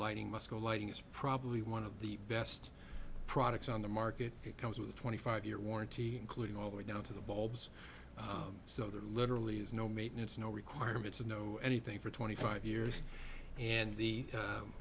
lighting must go lighting is probably one of the best products on the market it comes with a twenty five year warranty including all the way down to the bulbs so they're literally has no maintenance no requirements and no anything for twenty five years and the